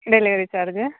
delivery charge